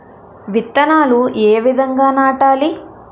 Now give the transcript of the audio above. విత్తనాలు ఏ విధంగా నాటాలి?